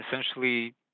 essentially